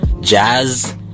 jazz